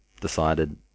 decided